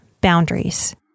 boundaries